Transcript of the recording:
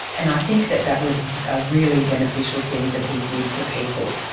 and i think that that was a really beneficial thing that he did for people,